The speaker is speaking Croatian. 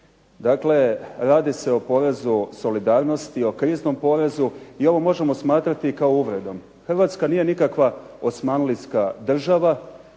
Dakle radi se o porezu solidarnosti, o kriznom porezu i ovo možemo smatrati kao uvredom. Hrvatska nije nikakva osmanlijska država,